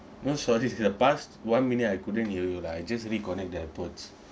most of this is the past one minute I couldn't hear you lah I just reconnect the airpods